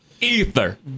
Ether